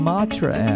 Matra